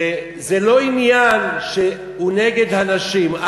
וזה לא עניין שהוא נגד הנשים.